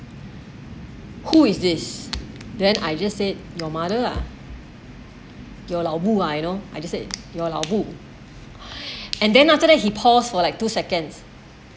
who is this then I just say your mother lah your lao bu ah you know I just say your lao bu and then after that he paused for like two seconds